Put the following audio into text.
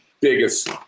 biggest